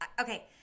Okay